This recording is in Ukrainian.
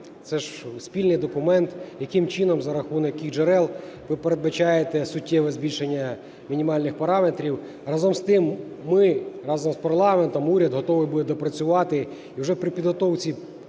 це ж спільний документ, - яким чином, за рахунок яких джерел ви передбачаєте суттєве збільшення мінімальних параметрів. Разом з тим, ми разом з парламентом, уряд готовий буде допрацювати і вже при підготовці проекту